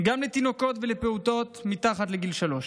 וגם לתינוקות ולפעוטות מתחת לגיל שלוש.